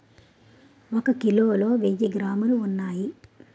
ఒక కిలోలో వెయ్యి గ్రాములు ఉన్నాయి